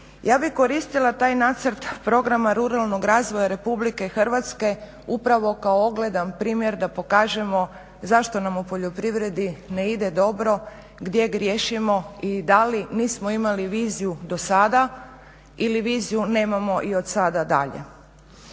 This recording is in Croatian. Ja bih koristila taj nacrt programa ruralnog razvoja RH upravo kao ogledan primjer da pokažemo zašto nam u poljoprivredi ne ide dobro, gdje griješimo i da li nismo imali viziju do sada ili viziju nemamo i od sada dalje.